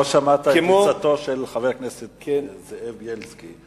לא שמעת את חבר הכנסת זאב בילסקי,